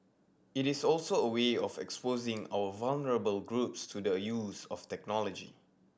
it is also a way of exposing our vulnerable groups to the use of technology